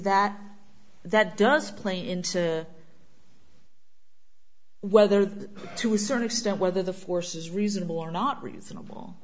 that that does play into whether to a certain extent whether the force is reasonable or not reasonable